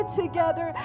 together